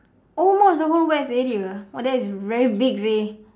almost the whole west area ah what the hell that's very big seh